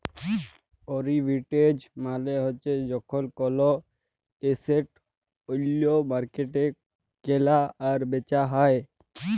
arbitrage মালে হ্যচ্যে যখল কল এসেট ওল্য মার্কেটে কেলা আর বেচা হ্যয়ে